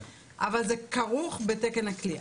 אבל זה כרוך בתקן הכליאה.